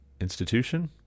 institution